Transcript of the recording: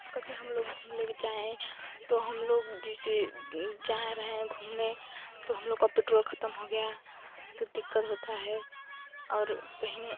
कभी हमलोग हमलोग जाएँ तो हमलोग जैसे जा रहे हैं घूमने तो हमलोग का पेट्रोल खत्म हो गया तो दिक्कत होती है और कहीं